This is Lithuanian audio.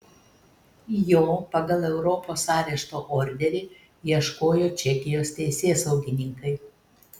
jo pagal europos arešto orderį ieškojo čekijos teisėsaugininkai